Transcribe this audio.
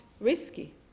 risky